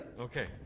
Okay